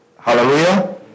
Hallelujah